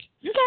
Okay